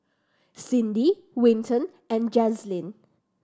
Cindy Winton and Jazlynn